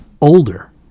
older